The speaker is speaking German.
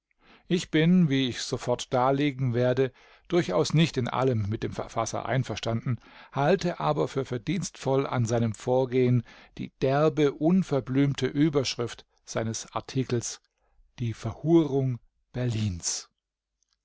ich bin wie ich sofort darlegen werde durchaus nicht in allem mit dem verfasser einverstanden halte aber für verdienstvoll an seinem vorgehen die derbe unverblümte überschrift seines artikels die verhurung berlins